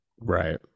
Right